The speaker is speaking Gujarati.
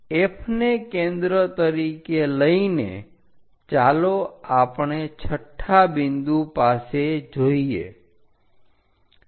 F ને કેન્દ્ર તરીકે લઈને ચાલો આપણે છઠ્ઠા બિંદુ પાસે જોઈએ